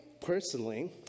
personally